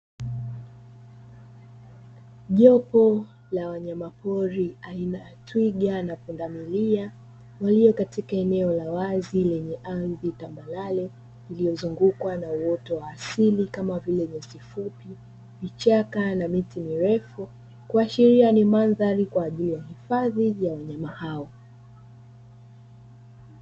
Jopo la wanyamapori aina ya twiga na pundamilia walio katika eneo la wazi lenye ardhi tambarare, lililozungukwa na uoto wa asili kama vile: nyasi fupi, vichaka na miti mirefu; kuashiria ni mandhari kwa ajili ya hifadhi ya wanyama hao.